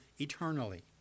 eternally